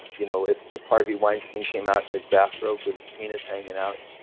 you know, if if harvey weinstein came out in his bathrobe with his penis hanging out,